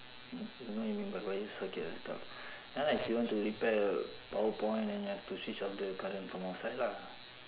what you know you mean by wire socket and stuff ya lah if you want to repair a power point then you have to switch off the current from outside lah